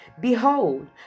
Behold